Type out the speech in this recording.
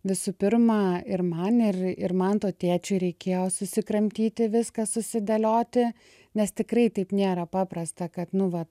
visų pirma ir man ir ir manto tėčiui reikėjo susikramtyti viską susidėlioti nes tikrai taip nėra paprasta kad nu va